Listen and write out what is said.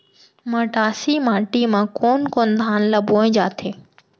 मटासी माटी मा कोन कोन धान ला बोये जाथे?